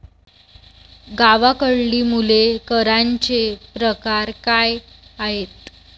गावाकडली मुले करांचे प्रकार काय आहेत?